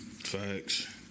Facts